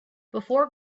before